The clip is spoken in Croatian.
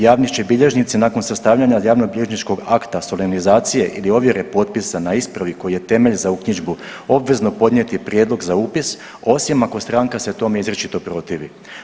Javni će bilježnici nakon sastavljanja javnobilježničkog akta solemnizacije ili ovjere potpisa na ispravi koji je temelj za uknjižbu obvezno podnijeti prijedlog za upis osim ako stranka se tome izričito protivi.